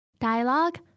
Dialogue